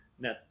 net